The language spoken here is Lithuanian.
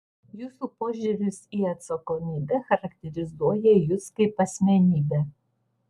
jūsų požiūris į atsakomybę charakterizuoja jus kaip asmenybę